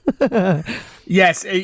yes